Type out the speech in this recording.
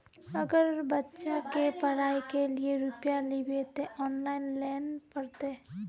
अगर बच्चा के पढ़ाई के लिये रुपया लेबे ते ऑनलाइन लेल पड़ते?